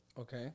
Okay